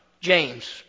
James